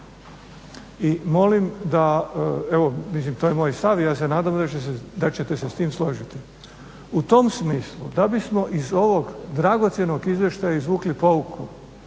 I molim da mislim to je moj stav i ja se nadam da ćete se s tim složiti. U tom smislu da bismo iz ovog dragocjenog izvještaja izvukli pouku,